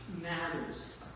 matters